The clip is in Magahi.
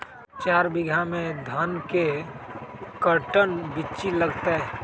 चार बीघा में धन के कर्टन बिच्ची लगतै?